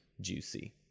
juicy